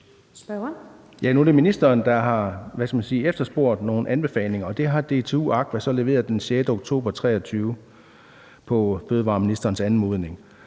Nu er det ministeren, der har efterspurgt nogle anbefalinger, og det har DTU Aqua så leveret den 6. oktober 2023 på fødevareministerens anmodning.